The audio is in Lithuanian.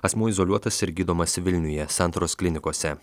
asmuo izoliuotas ir gydomas vilniuje santaros klinikose